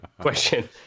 question